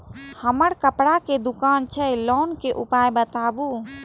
हमर कपड़ा के दुकान छै लोन के उपाय बताबू?